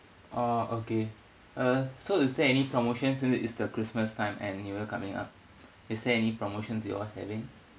oh okay uh so is there any promotions it's the christmas time and you know coming up is there any promotions you all having